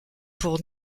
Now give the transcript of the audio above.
pour